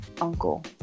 uncle